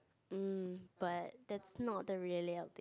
um but that's not the reality